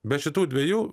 be šitų dvejų